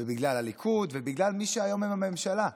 ובגלל הליכוד ובגלל מי שהיום בממשלה.